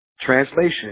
Translation